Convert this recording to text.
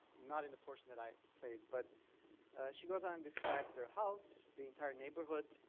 not in the portion that i played, but she goes on describes their house, the entire neighborhood,